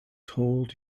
told